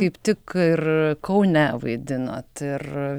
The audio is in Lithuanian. kaip tik ir kaune vaidinot ir